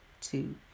two